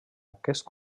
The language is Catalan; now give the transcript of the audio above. aquest